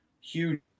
huge